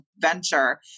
venture